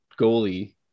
goalie